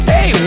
Hey